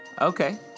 Okay